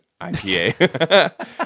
IPA